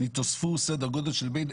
נכנסו לתוך